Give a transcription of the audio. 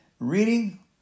reading